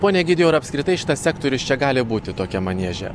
pone egidijau ar apskritai šitas sektorius čia gali būti tokiam manieže